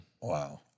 Wow